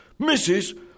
Mrs